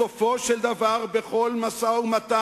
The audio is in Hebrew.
בסופו של דבר, בכל משא-ומתן,